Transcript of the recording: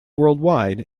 worldwide